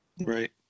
Right